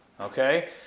Okay